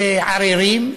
בעריריים,